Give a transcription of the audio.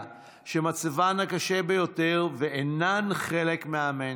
שמצבן קשה ביותר ואינן חלק מהמיינסטרים.